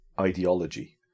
ideology